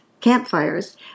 campfires